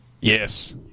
Yes